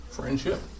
Friendship